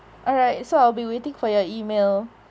alright so I'll be waiting for your email